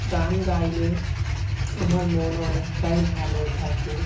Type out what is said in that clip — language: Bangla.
গান গাইলে আমার মন অনেকটাই ভালো থাকে